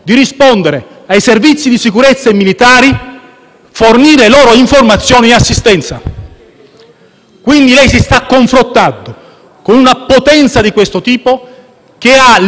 Quindi, lei si sta confrontando con una potenza di questo tipo che ha il monopolio dei trasporti tra l'Asia, l'Africa e l'Europa, e avrà le chiavi